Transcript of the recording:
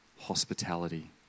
hospitality